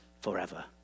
forever